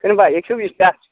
खोनाबाय एक्स' बिसथा